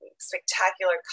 spectacular